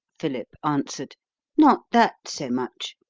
philip answered not that so much.